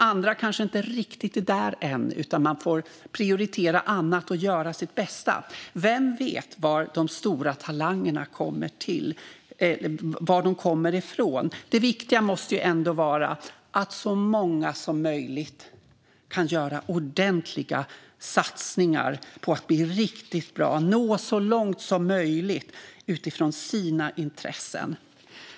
Andra kanske inte riktigt är där än utan får prioritera annat och göra sitt bästa. Vem vet var de stora talangerna kommer från? Det viktiga måste ändå vara att så många som möjligt kan göra ordentliga satsningar på att bli riktigt bra och nå så långt som möjligt utifrån sina intressen.